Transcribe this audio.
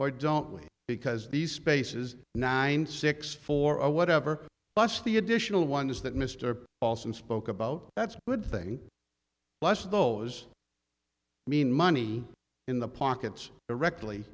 or don't we because these spaces nine six four or whatever plus the additional one is that mr paulson spoke about that's a good thing less of those mean money in the pockets rect